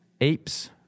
apes